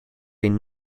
been